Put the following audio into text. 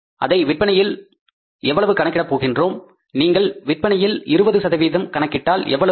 அதை விற்பனையில் எவ்வளவு கணக்கிட போகின்றோம் நீங்கள் விற்பனையில் 20 சதவீதம் கணக்கிட்டால் எவ்வளவு வரும்